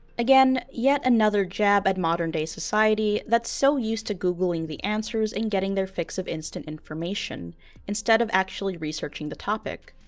again, yet another jab at modern-day society that's so used to googling the answers in getting their fix of instant information instead of actually researching the topic,